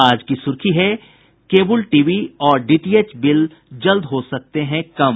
आज की सुर्खी है केबल टीवी और डीटीएच बिल जल्द हो सकते हैं कम